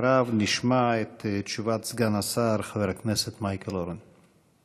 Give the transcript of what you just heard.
אחריו נשמע את תשובת סגן השר חבר הכנסת מייקל אורן.